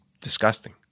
disgusting